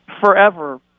forever